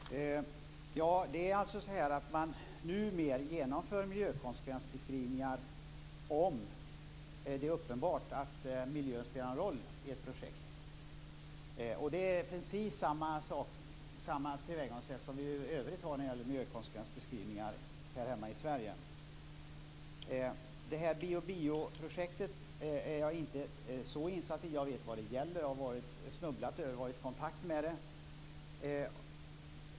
Fru talman! Det är alltså så här att man numera genomför miljökonsekvensbeskrivningar om det är uppenbart att miljön spelar någon roll i ett projekt, och det är precis samma tillvägagångssätt som vi har i övrigt när det gäller miljökonsekvensbeskrivningar här hemma i Sverige. Det här Bío-Bío-projektet är jag inte så insatt i. Jag vet vad det gäller - jag har snubblat över det eller kommit i kontakt med det.